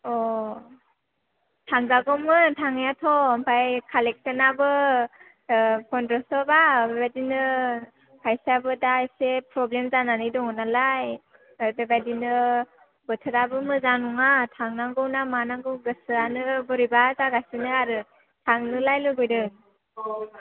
थांजागौमोन थांनायाथ' ओमफाय कालेक्टसनाबो फनद्रसबा बेबादिनो फैसायाबो दा एसे प्रब्लेम जानानै दङ नालाय बेबादिनो बोथोराबो मोजां नङा थांनांगौ ना मानांगौ गोसोयानो बोरैबा जागासिनो आरो थांनोलाय लुबैदों